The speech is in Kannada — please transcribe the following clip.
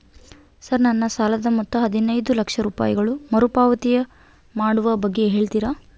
ಸರ್ ನನ್ನ ಸಾಲದ ಮೊತ್ತ ಹದಿನೈದು ಲಕ್ಷ ರೂಪಾಯಿಗಳು ಮರುಪಾವತಿ ಮಾಡುವ ಬಗ್ಗೆ ಹೇಳ್ತೇರಾ?